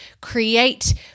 create